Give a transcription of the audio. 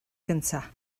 gyntaf